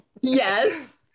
Yes